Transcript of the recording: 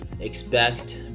expect